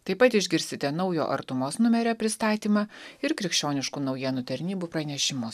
taip pat išgirsite naujo artumos numerio pristatymą ir krikščioniškų naujienų tarnybų pranešimus